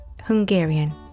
Hungarian